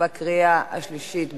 בקריאה השלישית,